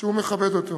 שהוא מכבד אותו.